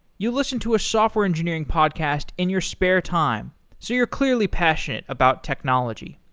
you listen to a software engineering podcast in your spare time, so you're clearly passionate about technology.